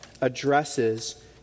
addresses